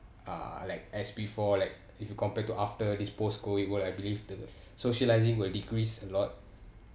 uh like as before like if you compared to after this post-COVID world I believe the socialising will decrease a lot